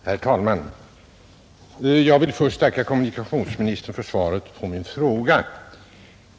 Herr talman! Först vill jag tacka kommunikationsministern för svaret på min fråga.